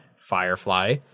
Firefly